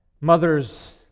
Mothers